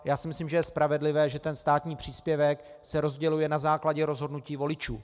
Já si myslím, že je spravedlivé, že státní příspěvek se rozděluje na základě rozhodnutí voličů.